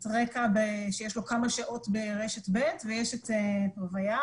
רק"ע שיש לו כמה שעות ברשת ב' ויש את פֵּירְווֹיֶה,